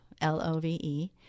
L-O-V-E